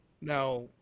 now